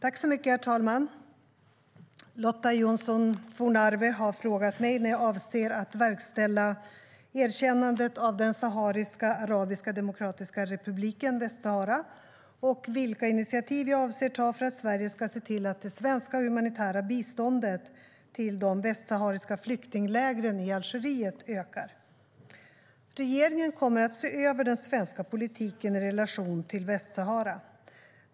Herr talman! Lotta Johnsson Fornarve har frågat mig när jag avser att verkställa erkännandet av Sahariska arabiska demokratiska republiken, Västsahara, och vilka initiativ jag avser att ta för att Sverige ska se till att det svenska humanitära biståndet till de västsahariska flyktinglägren i Algeriet ökar. Regeringen kommer att se över den svenska politiken i relation till Västsahara.